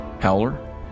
Howler